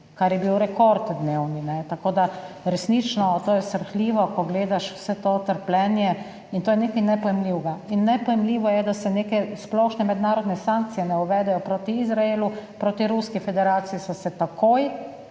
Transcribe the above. kar je bil dnevni rekord. Tako da resnično, to je srhljivo, ko gledaš vse to trpljenje, in to je nekaj nepojmljivega. In nepojmljivo je, da se neke splošne mednarodne sankcije ne uvedejo proti Izraelu, proti Ruski federaciji so se takoj,